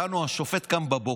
יעני, השופט קם בבוקר,